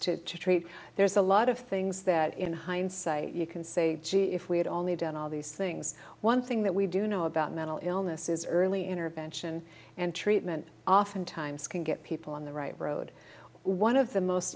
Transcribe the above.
to treat there's a lot of things that in hindsight you can say gee if we had only done all these things one thing that we do know about mental illness is early in her mention and treatment oftentimes can get people on the right road one of the most